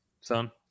son